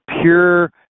pure